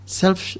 self